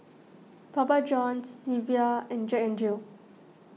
Papa Johns Nivea and Jack N Jill